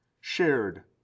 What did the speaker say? shared